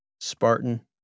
Spartan